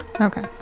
Okay